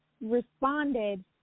responded